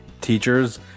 teachers